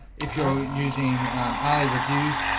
if you're using highly reviews,